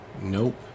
Nope